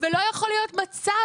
ולא יכול להיות מצב,